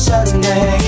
Sunday